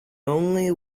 only